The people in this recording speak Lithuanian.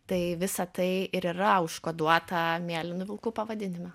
tai visa tai ir yra užkoduota mėlynų vilkų pavadinime